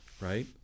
right